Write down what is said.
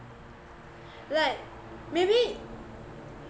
like maybe